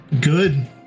good